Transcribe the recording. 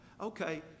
Okay